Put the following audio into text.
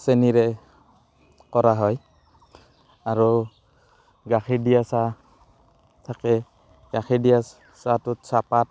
চেনিৰে কৰা হয় আৰু গাখীৰ দিয়া চাহ থাকে গাখীৰ দিয়া চাহটোত চাহপাত